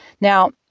Now